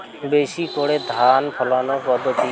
বেশি করে ধান ফলানোর পদ্ধতি?